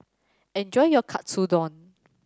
enjoy your Katsudon